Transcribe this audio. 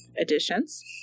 additions